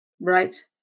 Right